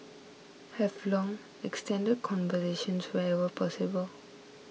have long extended conversations wherever possible